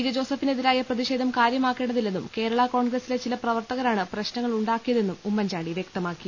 ജെജോസഫിനെതിരായ പ്രതിഷേധം കാര്യമാ ക്കേണ്ടതില്ലെന്നും കേരള കോൺഗ്രസിലെ ചില പ്രവർത്തകരാണ് പ്രശ്നങ്ങൾ ഉണ്ടാക്കിയതെന്നും ഉമ്മൻചാണ്ടി വൃക്തമാക്കി